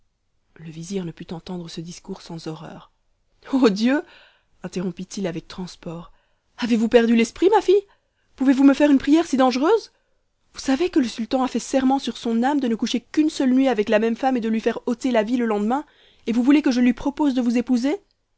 le vizir ne put entendre ce discours sans horreur ô dieu interrompit-il avec transport avez-vous perdu l'esprit ma fille pouvez-vous me faire une prière si dangereuse vous savez que le sultan a fait serment sur son âme de ne coucher qu'une seule nuit avec la même femme et de lui faire ôter la vie le lendemain et vous voulez que je lui propose de vous épouser